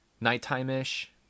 nighttime-ish